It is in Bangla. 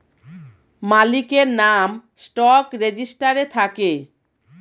মালিকের নাম স্টক রেজিস্টারে থাকে